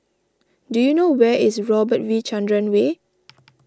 do you know where is Robert V Chandran Way